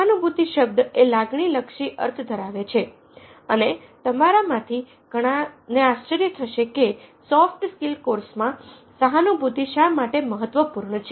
સહાનુભૂતિ શબ્દ એ લાગણી લક્ષી અર્થ ધરાવે છે અને તમારા માંથી ઘણા આશ્ચર્ય થશે કે સોફ્ટ સ્કીલ કોર્સમાં સહાનુભૂતિ શા માટે મહત્વપૂર્ણ છે